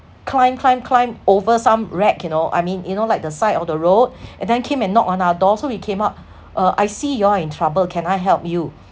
climb climb climb over some rack you know I mean you know like the side of the road and then came and knock on our door so we came out uh I see you all in trouble can I help you